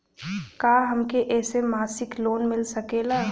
का हमके ऐसे मासिक लोन मिल सकेला?